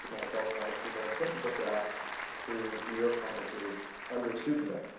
my adult publisher, but i sent the book out to new york publishers under pseudonym.